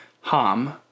Ham